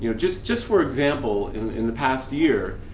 you know just just for example, in the past year,